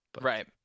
Right